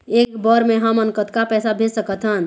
एक बर मे हमन कतका पैसा भेज सकत हन?